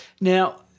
Now